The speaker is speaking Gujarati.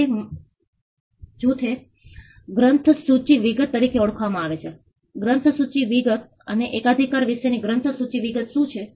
એક મોટું નુકસાન જે તમે મધ્યમાં પણ જોઈ શકો છો અને જે લોકો નજીક છે અને તેમને ઓછું નુકસાન થયું છે